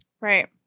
Right